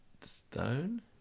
Stone